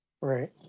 Right